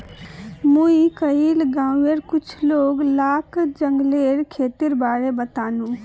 मुई कइल गांउर कुछ लोग लाक जंगलेर खेतीर बारे बतानु